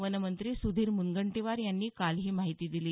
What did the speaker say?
वनमंत्री सुधीर मुनगंटीवार यांनी काल ही माहिती दिली